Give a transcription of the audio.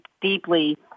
deeply